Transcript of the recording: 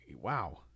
wow